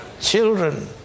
children